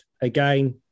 again